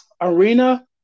arena